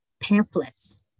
pamphlets